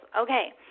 Okay